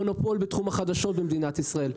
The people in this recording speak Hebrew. מונופול בתחום החדשות במדינת ישראל,